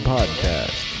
Podcast